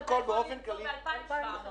ואתה יכול למצוא ב-2,700.